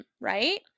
right